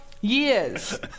years